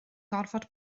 gorfod